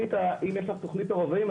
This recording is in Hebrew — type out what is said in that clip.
אם יש לך תכנית רובעים,